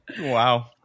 wow